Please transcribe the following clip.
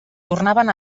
tornaven